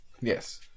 Yes